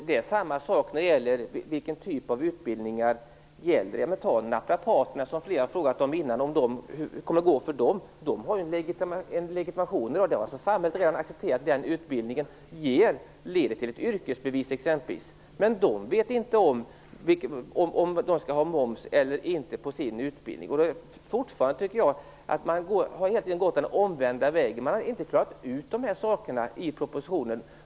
Det är samma sak i frågan om vilken typ av utbildningar det gäller. Ta naprapaterna. Många har frågat hur det kommer att gå för dem. De har en legitimation i dag. Samhället har alltså redan accepterat att den utbildningen leder till ett yrkesbevis. Ändå vet de inte om det blir moms eller inte på deras utbildning. Jag tycker fortfarande att man har gått den omvända vägen. Regeringen har inte klarat ut de här sakerna i propositionen.